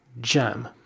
jam